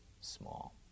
small